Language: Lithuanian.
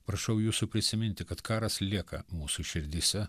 prašau jūsų prisiminti kad karas lieka mūsų širdyse